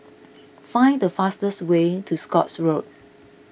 find the fastest way to Scotts Road